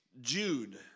Jude